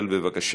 בעד,